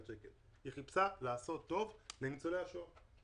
שקלים אלא היא חיפשה לעשות טוב לניצולי השואה.